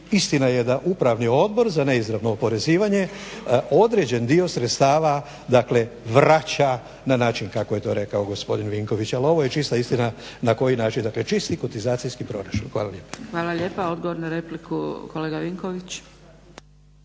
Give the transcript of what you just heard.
istina je da Upravni odbor za neizravno oporezivanje određen dio sredstava dakle vraća na način kako je to rekao gospodin Vinković. Ali ovo je čista istina na koji način, dakle čisti kotizacijski proračun. Hvala lijepa. **Zgrebec, Dragica (SDP)** Hvala lijepa. Odgovor na repliku, kolega Vinković.